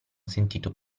sentito